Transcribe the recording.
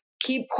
keep